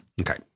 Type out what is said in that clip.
Okay